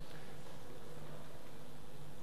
שמעת?